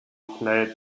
played